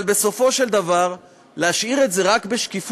אבל בסופו של דבר להשאיר את זה רק בשקיפות,